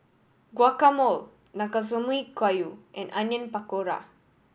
Guacamole Nanakusa Gayu and Onion Pakora